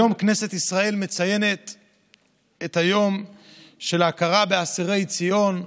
היום כנסת ישראל מציינת את יום ההכרה באסירי ציון.